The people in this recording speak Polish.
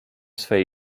swej